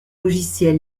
logiciel